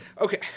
okay